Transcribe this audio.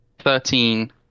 Thirteen